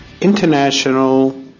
International